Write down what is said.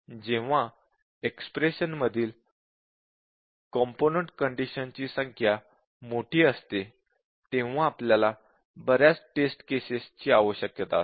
जेव्हा एक्स्प्रेशन मधील component conditions ची संख्या मोठी असते तेव्हा आपल्याला बऱ्याच टेस्ट केसेस आवश्यकता असते